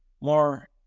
more